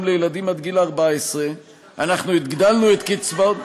לילדים עד גיל 14. אנחנו הגדלנו את קצבאות,